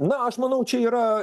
na aš manau čia yra